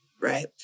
right